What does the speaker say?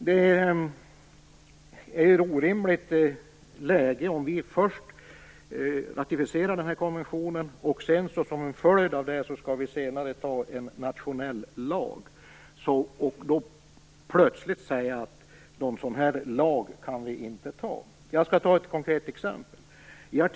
Det är orimligt att vi först ratificerar en konvention, som en följd av vilken vi skall anta en nationell lag, men sedan plötsligt säger att vi inte kan anta någon sådan lag. Jag skall ge ett konkret exempel.